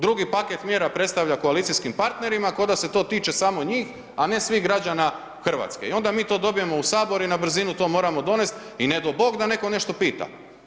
Drugi paket mjera predstavlja koalicijskim partnerima koda se to tiče samo njih, a ne svih građana RH i onda mi to dobijemo u sabor i na brzinu to moramo donest i ne do Bog da neko nešto pita.